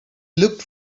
looked